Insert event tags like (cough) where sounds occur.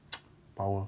(noise) power